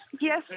Yes